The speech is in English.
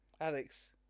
Alex